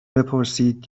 بپرسید